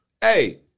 Hey